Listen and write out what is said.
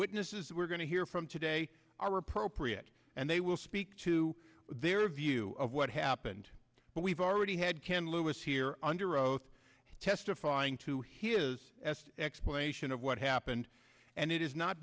witnesses that we're going to hear from today are appropriate and they will speak to their view of what happened but we've already had can lewis here under oath testifying to his best explanation of what happened and it has not